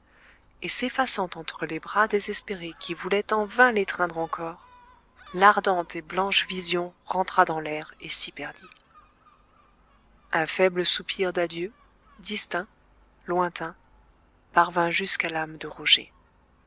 et s'effaçant entre les bras désespérés qui voulaient en vain l'étreindre encore l'ardente et blanche vision rentra dans l'air et s'y perdit un faible soupir d'adieu distinct lointain parvint jusqu'à l'âme de roger